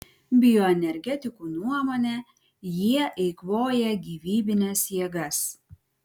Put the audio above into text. bioenergetikų nuomone jie eikvoja gyvybines jėgas